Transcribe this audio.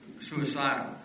Suicidal